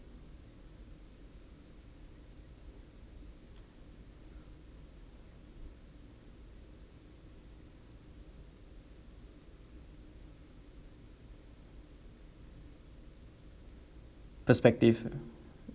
perspective